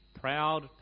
proud